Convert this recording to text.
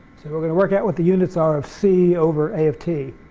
so we're going to work out what the units are of c over a of t,